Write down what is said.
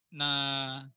na